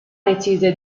decise